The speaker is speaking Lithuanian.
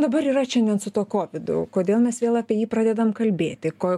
dabar yra šiandien su tuo kovidu kodėl mes vėl apie jį pradedam kalbėti ko